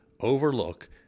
overlook